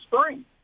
spring